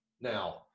Now